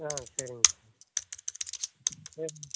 ஆ சரிங்க சார் சரிங்க